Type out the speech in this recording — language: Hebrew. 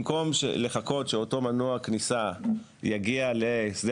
במקום לחכות שאותו מנוע כניסה יגיע לשדה